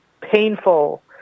painful